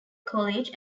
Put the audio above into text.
college